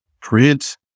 Print